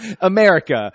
america